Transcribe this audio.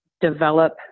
develop